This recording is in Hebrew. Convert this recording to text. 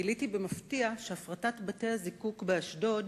גיליתי במפתיע שהפרטת בתי-הזיקוק באשדוד